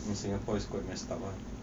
singapore is quite messed up ah